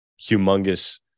humongous